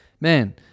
Man